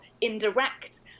indirect